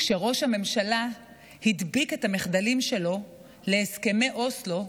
כשראש הממשלה הדביק את המחדלים שלו להסכמי אוסלו,